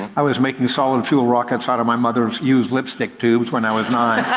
i was making solid fuel rockets out of my mother's used lipstick tubes when i was nine.